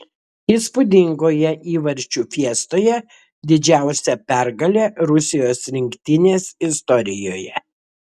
įspūdingoje įvarčių fiestoje didžiausia pergalė rusijos rinktinės istorijoje